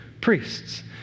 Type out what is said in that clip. priests